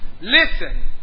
Listen